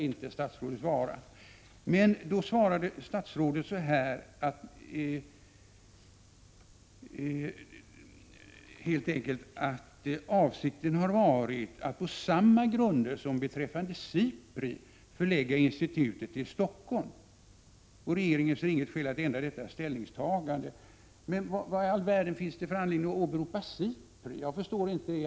I samband med interpellationen svarade statsrådet att avsikten har varit att på samma grunder som beträffande SIPRI förlägga institutet till Stockholm, och att regeringen inte ser något skäl att ändra detta ställningstagande. Men vad i all världen finns det för anledning att åberopa SIPRI här?